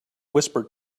whispered